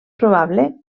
probable